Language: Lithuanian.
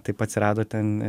taip atsirado ten